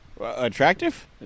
Attractive